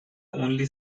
only